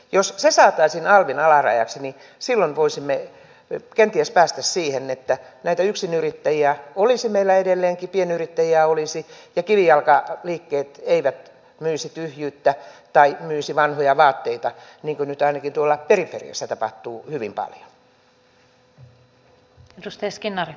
jos se saataisiin alvin alarajaksi niin silloin voisimme kenties päästä siihen että näitä yksinyrittäjiä olisi meillä edelleenkin pienyrittäjiä olisi ja kivijalkaliikkeet eivät myisi tyhjyyttä tai myisi vanhoja vaatteita niin kuin nyt ainakin tuolla periferiassa tapahtuu hyvin paljon